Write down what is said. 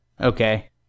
Okay